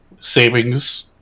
savings